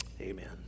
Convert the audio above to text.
amen